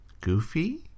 Goofy